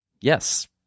Yes